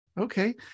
Okay